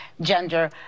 gender